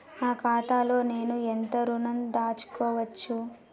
నా ఖాతాలో నేను ఎంత ఋణం దాచుకోవచ్చు?